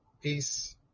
peace